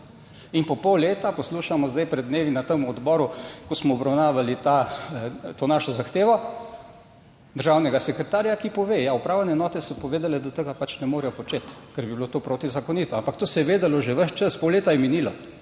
In po pol leta poslušamo, zdaj pred dnevi na tem odboru, ko smo obravnavali to našo zahtevo državnega sekretarja, ki pove, ja upravne enote so povedale, da tega pač ne morejo početi, ker bi bilo to protizakonito, ampak to se je vedelo že ves čas, pol leta je minilo,